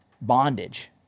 bondage